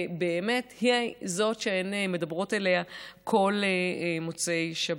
ובאמת, היא זו שהן מדברות אליה כל מוצאי שבת.